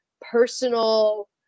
personal